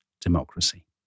democracy